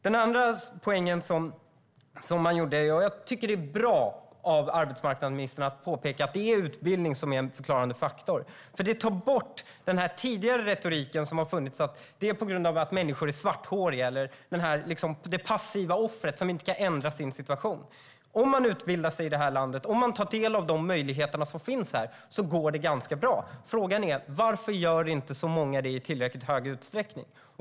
Det är bra av arbetsmarknadsministern att påpeka att utbildning är en förklarande faktor. Det tar bort den tidigare retoriken om den svarthåriga eller det passiva offret som inte kan ändra sin situation. Om man utbildar sig i det här landet och tar del av de möjligheter som finns här går det ganska bra. Frågan är varför inte så många gör det i tillräckligt hög utsträckning.